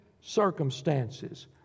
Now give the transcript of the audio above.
circumstances